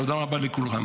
תודה רבה לכולם.